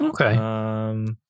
Okay